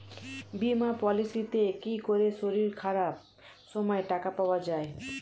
বীমা পলিসিতে কি করে শরীর খারাপ সময় টাকা পাওয়া যায়?